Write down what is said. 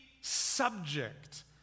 subject